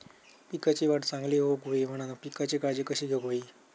पिकाची वाढ चांगली होऊक होई म्हणान पिकाची काळजी कशी घेऊक होई?